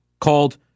called